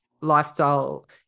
lifestyle